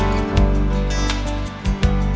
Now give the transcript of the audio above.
no no no